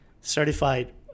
certified